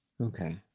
Okay